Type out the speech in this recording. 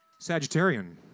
Sagittarian